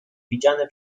widziane